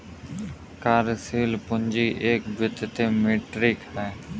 कार्यशील पूंजी एक वित्तीय मीट्रिक है